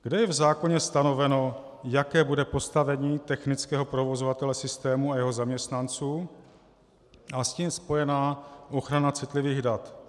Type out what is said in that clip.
Kde je v zákoně stanoveno, jaké bude postavení technického provozovatele systému a jeho zaměstnanců a s tím spojená ochrana citlivých dat?